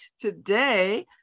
today